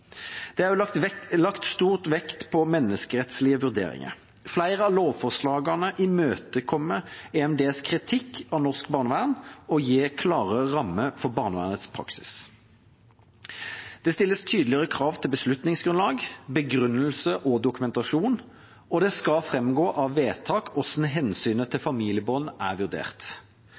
Det er også lagt stor vekt på menneskerettslige vurderinger. Flere av lovforslagene imøtekommer EMDs kritikk av norsk barnevern og gir klarere rammer for barnevernets praksis. Det stilles tydeligere krav til beslutningsgrunnlag, begrunnelse og dokumentasjon, og det skal framgå av vedtak hvordan hensynet til familiebånd er vurdert.